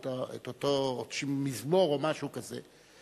או את אותו מזמור או משהו כזה.